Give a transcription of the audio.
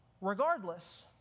Regardless